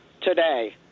today